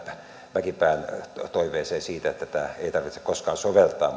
mäkipään toiveeseen siitä että tätä ei tarvitse koskaan soveltaa